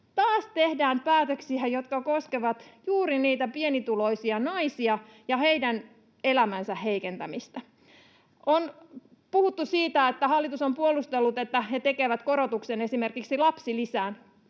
Taas tehdään päätöksiä, jotka koskevat juuri niitä pienituloisia naisia ja heidän elämänsä heikentämistä. On puhuttu siitä, että hallitus on puolustellut, että he tekevät korotuksen esimerkiksi lapsilisään